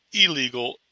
illegal